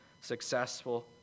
successful